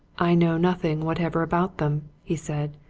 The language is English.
i know nothing whatever about them! he said.